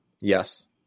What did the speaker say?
Yes